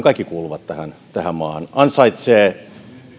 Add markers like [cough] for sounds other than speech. [unintelligible] kaikki kuuluvat tähän tähän maahan ja ansaitsevat